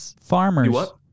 farmers